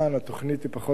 התוכנית היא פחות או יותר,